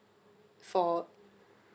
for